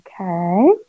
Okay